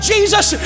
Jesus